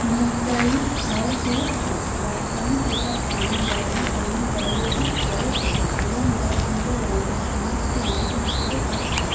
মুক্তায়ী স্বর হলো স্বর বাক্যাংশে যার তা না বর্ণের অনুপল্লবীর পরে ঘটে এবং যা পূর্ব বঙ্গের সমাপ্তি অংশ হিসাবে কাজ করে